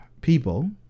people